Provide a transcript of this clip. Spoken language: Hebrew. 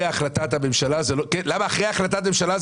תגיד שהוא חד פעמי,